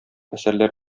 әсәрләр